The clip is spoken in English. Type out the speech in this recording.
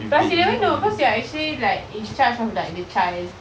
considering no cause you are actually like in charge of like the child